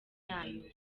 yayo